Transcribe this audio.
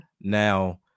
Now